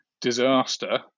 disaster